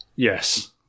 Yes